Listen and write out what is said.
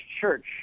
church